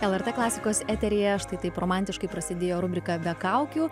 lrt klasikos eteryje štai taip romantiškai prasidėjo rubrika be kaukių